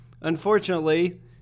Unfortunately